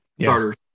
starter